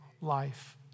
life